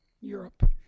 Europe